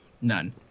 None